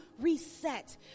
reset